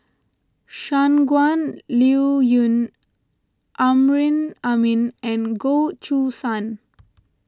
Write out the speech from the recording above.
Shangguan Liuyun Amrin Amin and Goh Choo San